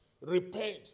Repent